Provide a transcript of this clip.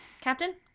Captain